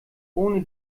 ohne